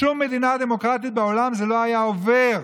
בשום מדינה דמוקרטית בעולם זה לא היה עובר,